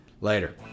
Later